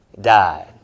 died